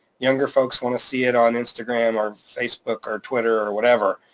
younger folks wanna see it on instagram or facebook or twitter or whatever.